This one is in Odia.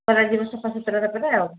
କରାଯିବ ସଫାସତୁରା ଆଉ